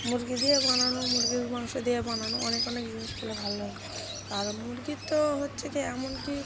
মুরগি দিয়ে বানানো মুরগির মাংস দিয়ে বানানো অনেক অনেক জিনিস খেলে ভালো লাগে আর মুরগির তো হচ্ছে কি এমন কি